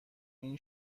این